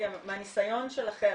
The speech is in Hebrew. מהניסיון שלכם,